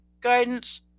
guidance